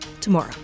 tomorrow